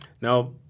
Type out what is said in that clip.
Now